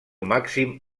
màxim